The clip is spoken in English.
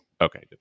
Okay